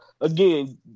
again